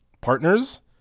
partners